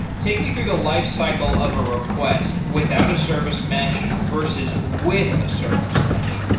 take me through the lifecycle of a request without a service mesh versus with a service mesh.